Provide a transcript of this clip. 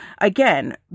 again